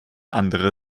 andere